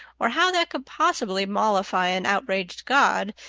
or how that could possibly mollify an outraged god,